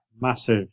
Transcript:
massive